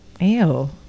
ew